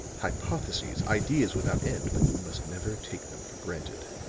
hypotheses, ideas without end, but you must never take them for granted.